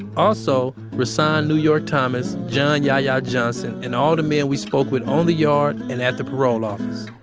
also, rahsaan new york thomas, john yahya johnson and all the men we spoke with on the yard and at the parole office.